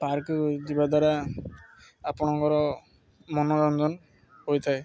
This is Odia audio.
ପାର୍କ ଯିବା ଦ୍ୱାରା ଆପଣଙ୍କର ମନୋରଞ୍ଜନ ହୋଇଥାଏ